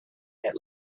that